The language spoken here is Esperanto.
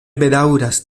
bedaŭras